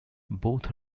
both